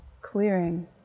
clearing